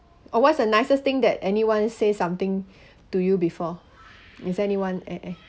oh what's the nicest thing that anyone say something to you before is anyone eh eh